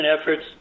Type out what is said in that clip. efforts